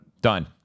Done